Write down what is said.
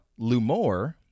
Lumore